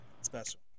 special